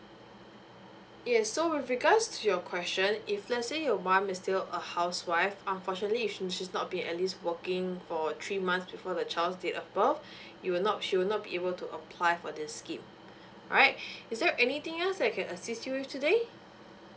yes so with regards to your question if let's say your mum is still a housewife unfortunately since she's not being at least working for three months before the child date above you will not she will not be able to apply for this scheme right is there anything else I can assist you with today